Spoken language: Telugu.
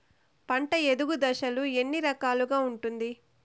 పంట ఎదుగు దశలు ఎన్ని రకాలుగా ఉంటుంది?